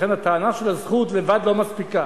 לכן הטענה של הזכות לבד לא מספיקה,